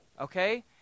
Okay